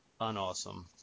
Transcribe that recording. unawesome